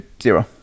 zero